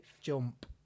Jump